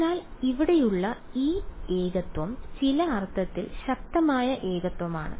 അതിനാൽ ഇവിടെയുള്ള ഈ ഏകത്വം ചില അർത്ഥത്തിൽ ശക്തമായ ഏകത്വമാണ്